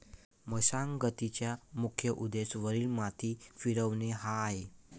मशागतीचा मुख्य उद्देश वरील माती फिरवणे हा आहे